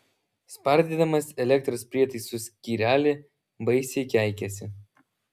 spardydamas elektros prietaisų skyrelį baisiai keikėsi